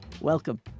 welcome